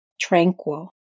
tranquil